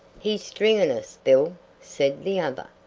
he's stringin' us, bill, said the other.